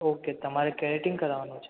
okay તમારે keratin કરાવાનું છે